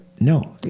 No